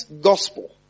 gospel